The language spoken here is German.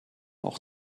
auch